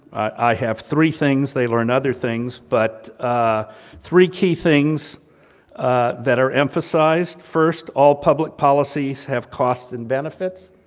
i have three things they learned, other things, but three key things that are emphasized. first, all public policies have cost and benefits.